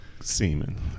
semen